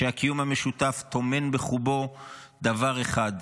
כשהקיום המשותף טומן בחובו דבר אחד,